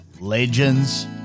Legends